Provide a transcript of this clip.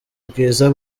bwiza